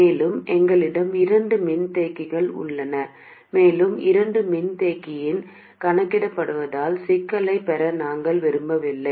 மேலும் எங்களிடம் இரண்டு மின்தேக்கிகள் உள்ளன மேலும் இரண்டு மின்தேக்கிகளையும் கணக்கிடுவதில் சிக்கலைப் பெற நாங்கள் விரும்பவில்லை